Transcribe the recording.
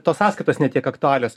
tos sąskaitos ne tiek aktualios